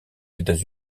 états